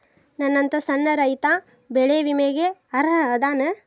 ನನ್ನಂತ ಸಣ್ಣ ರೈತಾ ಬೆಳಿ ವಿಮೆಗೆ ಅರ್ಹ ಅದನಾ?